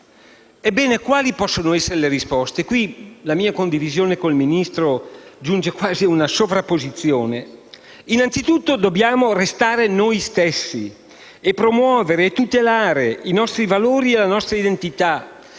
Ebbene, quali possono essere le risposte? La mia condivisione con il Ministro giunge quasi a una sovrapposizione. Innanzitutto dobbiamo restare noi stessi e promuovere e tutelare i nostri valori e la nostra identità,